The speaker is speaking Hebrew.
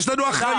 יש לנו אחריות.